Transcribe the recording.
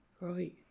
Right